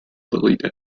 lilydale